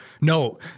No